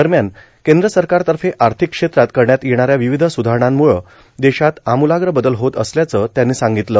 दरम्यान कद्र सरकारतफ आर्थिक क्षेत्रात करण्यात येणाऱ्या र्वावध सुधारणांमुळ देशात आमूलाग्र बदल होत असल्याचं त्यांनी सांगतलं